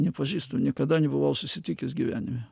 nepažįstu niekada nebuvau susitikęs gyvenime